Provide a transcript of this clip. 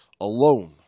alone